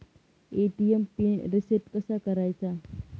ATM PIN reset कसा करायचा?